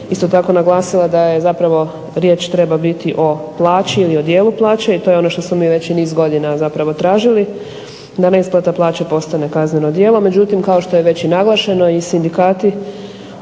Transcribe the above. isto tako naglasila da riječ treba biti o plaći ili dijelu plaće i to je ono što smo mi već niz godina tražili da neisplata plaće postane kazneno djelo, međutim, kao što je već naglašeno i sindikati